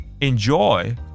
Enjoy